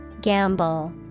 Gamble